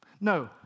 No